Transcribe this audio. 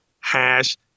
hash